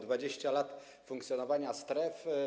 20 lat funkcjonowania stref.